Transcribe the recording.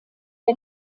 der